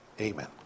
Amen